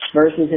Versus